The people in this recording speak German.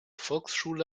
volksschule